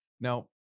Now